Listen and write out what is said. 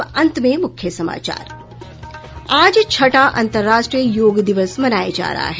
और अब अंत में मुख्य समाचार आज छठा अंतर्राष्ट्रीय योग दिवस मनाया जा रहा है